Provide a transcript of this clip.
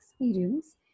experience